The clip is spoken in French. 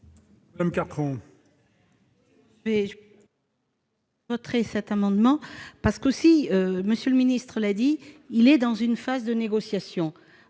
Madame Cartron,